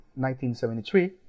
1973